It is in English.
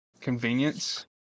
convenience